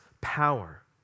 power